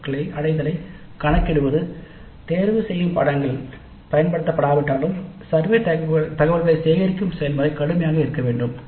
ஓக்களின் அடையலைக் கணக்கிடுவதற்கு தேர்ந்தெடுக்கப்பட்ட பாடநெறிகள் பயன்படுத்தப்படாவிட்டாலும் சர்வே தகவல்களை சேகரிக்கும் செயல்முறை கடுமையானதாக இருக்க வேண்டும்